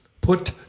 put